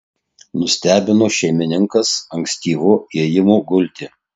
nustebino šeimininkas ankstyvu ėjimu gulti